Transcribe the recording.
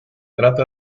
trata